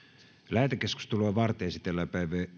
lähetekeskustelua varten esitellään